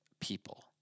people